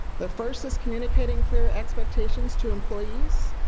the first is communicating clear expectations to employees.